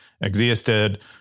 existed